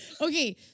okay